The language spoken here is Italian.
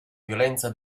violenza